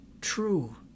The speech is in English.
true